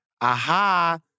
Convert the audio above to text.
Aha